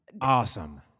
awesome